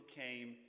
came